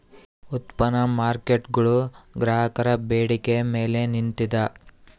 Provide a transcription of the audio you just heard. ಉತ್ಪನ್ನ ಮಾರ್ಕೇಟ್ಗುಳು ಗ್ರಾಹಕರ ಬೇಡಿಕೆಯ ಮೇಲೆ ನಿಂತಿದ